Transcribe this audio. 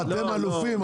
אתם אלופים.